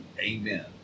Amen